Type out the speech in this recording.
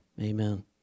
Amen